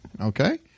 okay